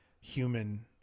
human